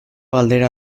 galdera